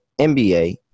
NBA